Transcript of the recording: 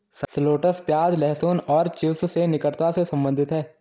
shallots प्याज, लहसुन और चिव्स से निकटता से संबंधित है